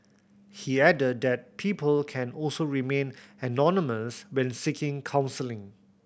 he added that people can also remain anonymous when seeking counselling